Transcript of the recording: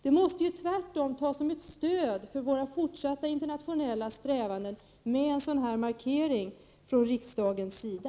Det måste tvärtom tas som ett stöd för våra fortsatta internationella strävanden om det görs en sådan markering från riksdagens sida.